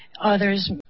others